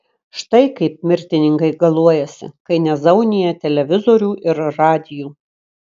štai kaip mirtininkai galuojasi kai nezaunija televizorių ir radijų